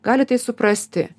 gali tai suprasti